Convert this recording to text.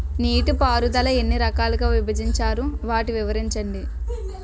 నీటిపారుదల ఎన్ని రకాలుగా విభజించారు? వాటి వివరించండి?